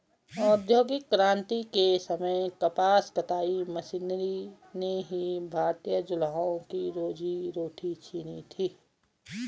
औद्योगिक क्रांति के समय कपास कताई मशीनरी ने ही भारतीय जुलाहों की रोजी रोटी छिनी थी